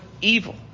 evil